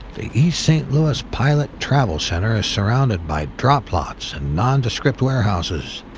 the east st. louis pilot travel center is surrounded by drop lots and non-descript warehouses.